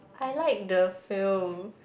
I like the film